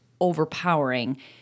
overpowering